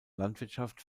landwirtschaft